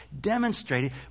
demonstrated